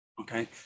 Okay